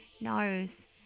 knows